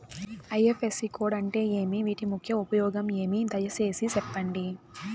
IFSC code అంటే ఏమి? వీటి ముఖ్య ఉపయోగం ఏమి? దయసేసి సెప్పండి?